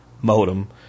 modem